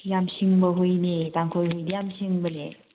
ꯌꯥꯝ ꯁꯤꯡꯕ ꯍꯨꯏꯅꯦ ꯇꯥꯡꯈꯨꯜ ꯍꯨꯏꯗꯤ ꯌꯥꯝ ꯁꯤꯡꯕꯅꯦ